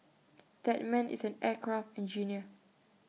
that man is an aircraft engineer